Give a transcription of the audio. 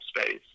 space